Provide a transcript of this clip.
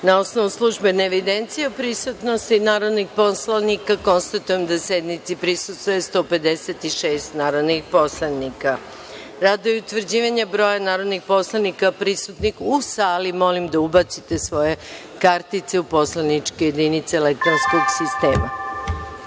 osnovu službene evidencije o prisutnosti narodnih poslanika, konstatujem da sednici prisustvuje 156 narodnih poslanika. Radi utvrđivanja broja narodnih poslanika prisutnih u sali, molim da ubacite svoje kartice u poslaničke jedinice elektronskog